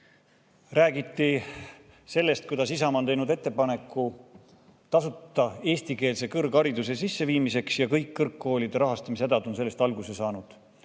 räägiti sellest, kuidas Isamaa on teinud ettepaneku tasuta eestikeelse kõrghariduse sisseviimiseks ja kõik kõrgkoolide rahastamise hädad on sellest alguse saanud,